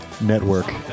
Network